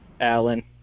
Alan